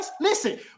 listen